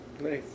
Nice